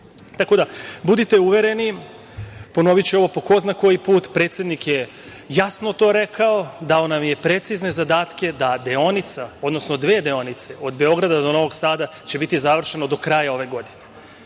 devedesetih. Budite uvereni, ponoviću ovo po ko zna koji put, predsednik je jasno to rekao, dao nam je precizne zadatke da deonica, odnosno dve deonice od Beograda do Novog Sada će biti završeno do kraja ove godine.